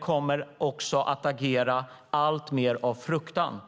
kommer också att agera alltmer av fruktan.